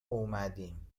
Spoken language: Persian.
اومدیم